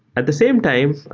at the same time,